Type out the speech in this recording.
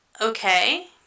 okay